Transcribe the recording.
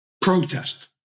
protest